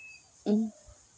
ᱤᱧ